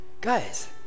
guys